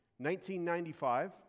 1995